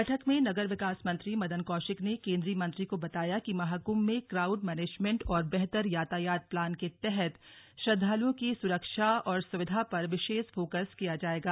बैठक में नगर विकास मंत्री मदन कौशिक ने केन्द्रीय मंत्री को बताया किय महाकुंभ में क्राउड मैनेजमेंट और बेहतर यातायात प्लान के तहत श्रद्धालुओं की सुरक्षा और सुविधा पर विशेष फोकस किया जाएगा